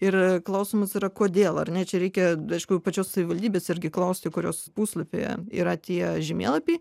ir klausimas yra kodėl ar ne čia reikia aišku pačios savivaldybės irgi klausti kurios puslapyje yra tie žemėlapiai